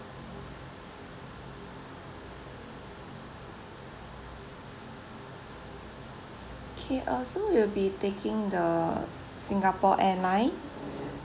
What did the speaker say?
okay uh so you'll be taking the singapore airline